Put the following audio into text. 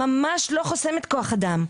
ממש לא חוסמת כוח אדם.